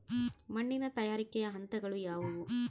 ಮಣ್ಣಿನ ತಯಾರಿಕೆಯ ಹಂತಗಳು ಯಾವುವು?